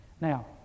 Now